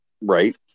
right